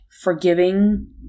forgiving